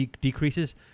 decreases